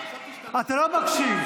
אתה לא מקשיב.